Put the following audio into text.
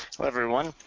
hello everyone.